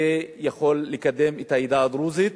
זה יכול לקדם את העדה הדרוזית